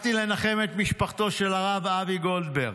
הלכתי לנחם את משפחתו של הרב אבי גולדברג.